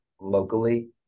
locally